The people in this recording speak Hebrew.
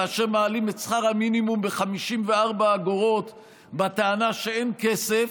כאשר מעלים את שכר המינימום ב-54 אגורות בטענה שאין כסף,